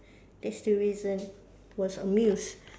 that's the reason was amused